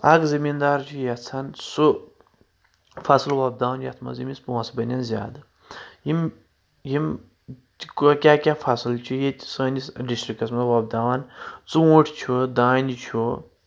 اکھ زٔمیٖندار چھُ یژھان سُہ فصٕل وۄپداوان یتھ منٛز أمِس پونٛسہٕ بَنؠن زیادٕ یِم کیٛاہ کیٛاہ فصل چھِ ییٚتہِ سٲنِس ڈسٹرکس منٛز وۄپداوان ژوٗنٛٹھۍ چھُ دانہِ چھُ